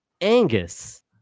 Angus